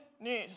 news